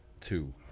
two